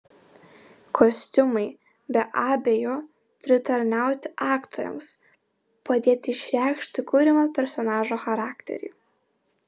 kostiumai be abejo turi tarnauti aktoriams padėti išreikšti kuriamo personažo charakterį